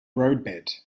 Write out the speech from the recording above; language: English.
roadbed